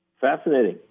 Fascinating